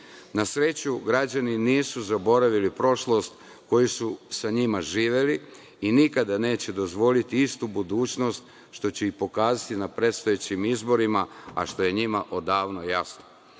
sreću, građani nisu zaboravili prošlost koji su sa njima živeli i nikada neće dozvoliti istu budućnost, što će i pokazati na predstojećim izborima, a što je njima odavno